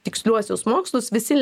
tiksliuosius mokslus visi